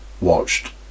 watched